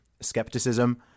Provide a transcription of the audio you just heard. skepticism